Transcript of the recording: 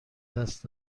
دست